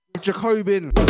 Jacobin